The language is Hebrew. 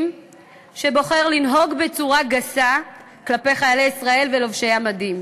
שבוחר לנהוג בצורה גסה כלפי חיילי ישראל ולובשי המדים.